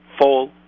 fall